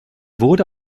wurde